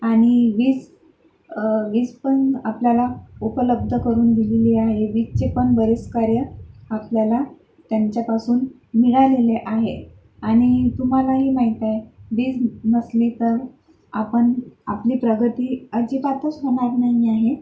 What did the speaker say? आणि वीज वीज पण आपल्याला उपलब्ध करून दिलेली आहे विजेचे पण बरेच कार्य आपल्याला त्यांच्यापासून मिळालेले आहे आणि तुम्हालाही माहीत आहे वीज नसली तर आपण आपली प्रगती अजिबातच होणार नाही आहे